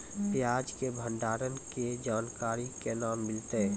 प्याज के भंडारण के जानकारी केना मिलतै?